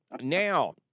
Now